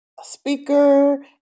speaker